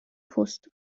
پست